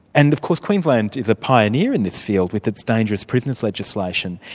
and of course queensland is a pioneer in this field, with its dangerous prisoners legislation,